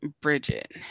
Bridget